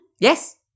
Yes